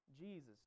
Jesus